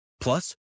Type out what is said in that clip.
Plus